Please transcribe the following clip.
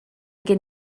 gen